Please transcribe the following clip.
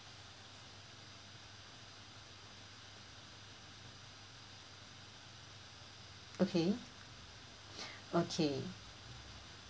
okay okay